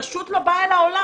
פשוט לא בא אל העולם.